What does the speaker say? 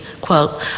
quote